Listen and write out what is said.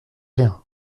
rien